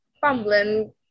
fumbling